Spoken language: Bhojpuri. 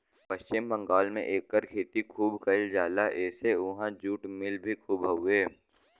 पश्चिम बंगाल में एकर खेती खूब कइल जाला एसे उहाँ जुट मिल भी खूब हउवे